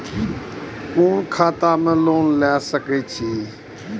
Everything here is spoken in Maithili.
कोन खाता में लोन ले सके छिये?